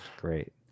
Great